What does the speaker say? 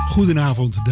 Goedenavond